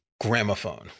gramophone